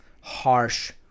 harsh